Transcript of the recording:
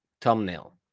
thumbnail